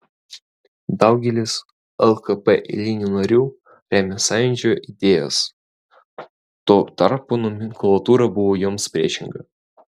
daugelis lkp eilinių narių rėmė sąjūdžio idėjas tuo tarpu nomenklatūra buvo joms priešinga